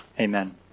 Amen